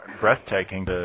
breathtaking